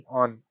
on